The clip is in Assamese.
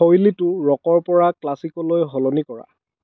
শৈলীটো ৰ'কৰপৰা ক্লাছিকলৈ সলনি কৰা